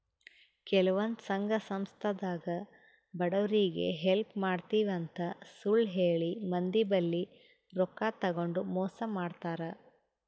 ಕೆಲವಂದ್ ಸಂಘ ಸಂಸ್ಥಾದಾಗ್ ಬಡವ್ರಿಗ್ ಹೆಲ್ಪ್ ಮಾಡ್ತಿವ್ ಅಂತ್ ಸುಳ್ಳ್ ಹೇಳಿ ಮಂದಿ ಬಲ್ಲಿ ರೊಕ್ಕಾ ತಗೊಂಡ್ ಮೋಸ್ ಮಾಡ್ತರ್